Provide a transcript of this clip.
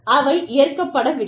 அவை ஏற்கப்படவில்லை